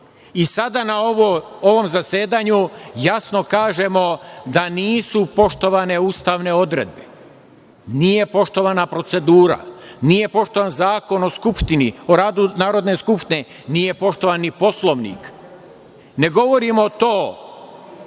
na ovom zasedanju jasno kažemo da nisu poštovane ustavne odredbe. Nije poštovana procedura, nije poštovan Zakon o radu Narodne skupštine, nije poštovan ni Poslovnik. Ne govorimo to